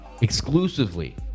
exclusively